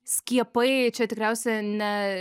skiepai čia tikriausiai ne